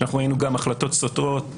וראינו גם החלטות סותרות